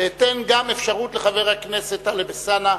ואתן גם אפשרות לחבר הכנסת טלב אלסאנע,